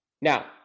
Now